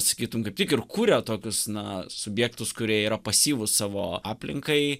sakytum kaip tik ir kuria tokius na subjektus kurie yra pasyvūs savo aplinkai